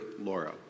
Laura